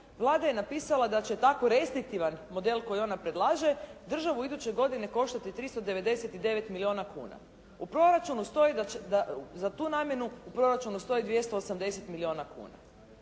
Vlada je napisala da će tako restriktivan model koji ona predlaže, državu iduće godine koštati 399 milijuna kuna. Za tu namjenu u proračunu stoji 280 milijuna kuna.